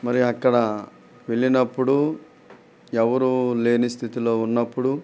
మరి అక్కడ వెళ్ళినప్పుడు ఎవరు లేని స్థితిలో ఉన్నప్పుడు